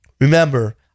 remember